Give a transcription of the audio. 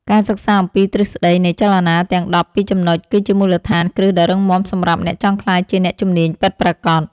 ការសិក្សាអំពីទ្រឹស្តីនៃចលនាទាំងដប់ពីរចំណុចគឺជាមូលដ្ឋានគ្រឹះដ៏រឹងមាំសម្រាប់អ្នកចង់ក្លាយជាអ្នកជំនាញពិតប្រាកដ។